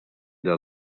der